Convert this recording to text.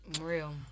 Real